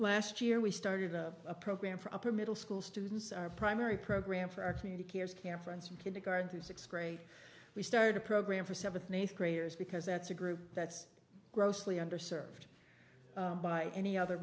last year we started a program for upper middle school students our primary program for our community cares care friends from kindergarten through sixth grade we started a program for seventh and eighth graders because that's a group that's grossly under served by any other